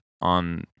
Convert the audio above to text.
on